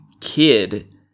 kid